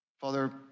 Father